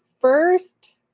first